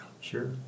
Sure